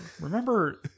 Remember